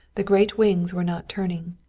the great wings were not turning.